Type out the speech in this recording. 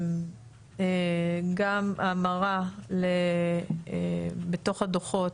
גם המרה בתוך הדו"חות.